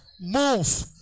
move